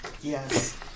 Yes